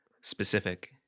specific